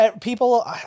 people